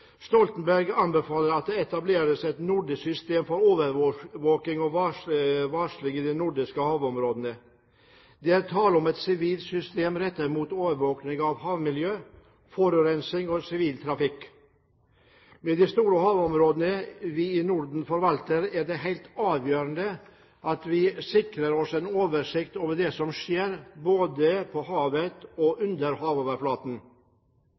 Stoltenberg anbefaler at det etableres et nordisk system for overvåkning og varsling i de nordiske havområdene. Det er tale om et sivilt system rettet mot overvåkning av havmiljø, forurensning og sivil trafikk. Med de store havområdene vi i Norden forvalter, er det helt avgjørende at vi sikrer oss en oversikt over det som skjer både på havet og under havoverflaten.